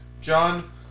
John